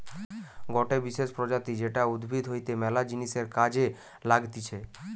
গটে বিশেষ প্রজাতি যেটা উদ্ভিদ হইতে ম্যালা জিনিসের কাজে লাগতিছে